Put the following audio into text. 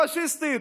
פשיסטית,